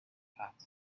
passed